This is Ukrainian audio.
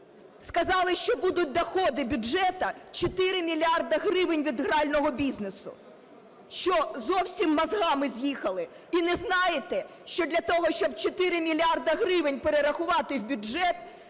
Сказали, що будуть доходи бюджету в 4 мільярди гривень від грального бізнесу. Що, зовсім "мозгами з'їхали"? І не знаєте, що для того, щоб 4 мільярди гривень перерахувати в бюджет,